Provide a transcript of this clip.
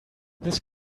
this